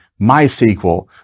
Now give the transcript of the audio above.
MySQL